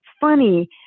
funny